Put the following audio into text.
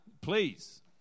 Please